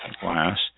glass